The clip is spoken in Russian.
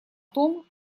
том